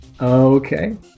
Okay